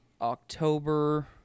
October